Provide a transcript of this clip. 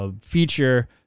feature